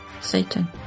Satan